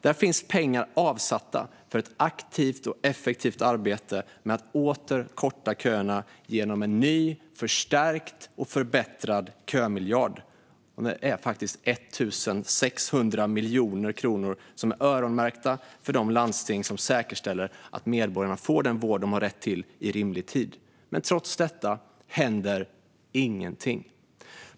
Där finns pengar avsatta för ett aktivt och effektivt arbete med att åter korta köerna genom en ny förstärkt och förbättrad kömiljard. Det är faktiskt 1 600 miljoner kronor som är öronmärkta för de landsting som säkerställer att medborgarna får den vård de har rätt till i rimlig tid. Men trots detta händer ingenting.